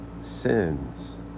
sins